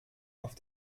auf